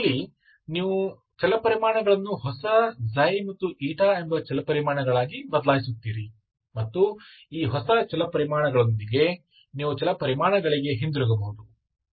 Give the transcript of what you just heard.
ಇಲ್ಲಿ ನೀವು ಚಲಪರಿಮಾಣಗಳನ್ನು ಹೊಸ ಮತ್ತು ಎಂಬ ಚಲಪರಿಮಾಣಗಳಾಗಿ ಬದಲಾಯಿಸುತ್ತೀರಿ ಮತ್ತು ಈ ಹೊಸ ಚಲಪರಿಮಾಣಗಳೊಂದಿಗೆ ನೀವು ಚಲಪರಿಮಾಣಗಳಿಗೆ ಹಿಂತಿರುಗಬಹುದು